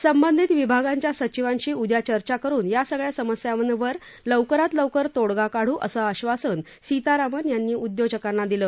संबंधित विभागाच्या सचिवांशी उद्या चर्चा करून या सगळ्या समस्यांवर लवकरात लवकर तोडगा काढू असं आश्वासन सीतारामन यांनी उद्योजकांना दिलं